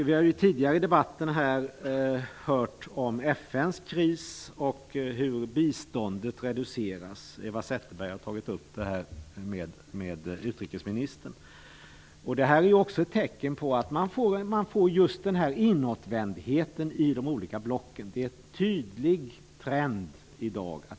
Vi har tidigare i debatten hört om FN:s kris och hur biståndet reduceras. Eva Zetterberg har tagit upp detta med utrikesministern. Detta är också ett tecken på den inåtvändhet man får i de olika blocken. Det är en tydlig trend i dag.